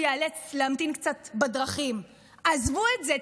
ייאלץ להמתין קצת בדרכים: עזבו את זה,